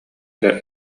эрэ